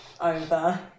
over